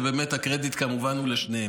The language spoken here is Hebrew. ובאמת הקרדיט כמובן הוא לשניהם.